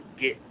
get